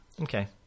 okay